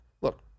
look